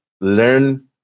learn